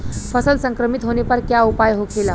फसल संक्रमित होने पर क्या उपाय होखेला?